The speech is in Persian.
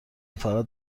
فقط